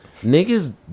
niggas